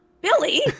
Billy